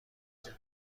جان